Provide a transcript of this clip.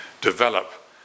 develop